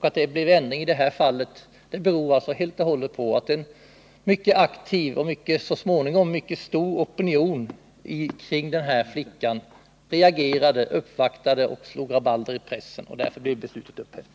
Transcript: Att det blev en ändring i just detta fall berodde helt enkelt på att en mycket aktiv och så småningom stor opinion kring just denna flicka reagerade och uppvaktade, vilket medförde rabalder i pressen. Därför blev beslutet upphävt.